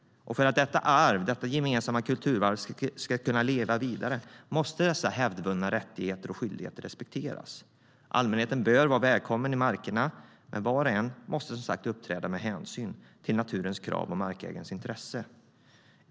För att detta gemensamma kulturarv ska kunna leva vidare måste dessa hävdvunna rättigheter och skyldigheter respekteras. Allmänheten bör vara välkommen i markerna, men var och en måste uppträda med hänsyn till naturens krav och markägarens intresse.